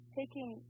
taking